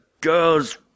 girls